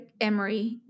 Emory